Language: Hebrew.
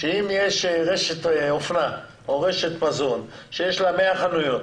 שאם יש רשת אופנה או רשת מזון שיש לה 100 חנויות,